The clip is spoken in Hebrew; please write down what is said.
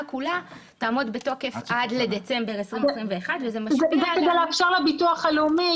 כולה תעמוד בתוקף עד לדצמבר 2021. כדי לאפשר לביטוח הלאומי